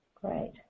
Great